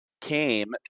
came